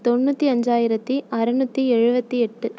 தொண்ணூற்றி அஞ்சாயிரத்தி அறநூற்றி எழுபத்தி எட்டு